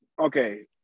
okay